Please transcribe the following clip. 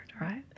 right